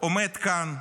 שעמד כאן,